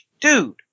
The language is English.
dude